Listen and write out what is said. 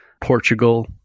Portugal